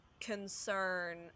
concern